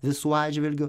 visų atžvilgiu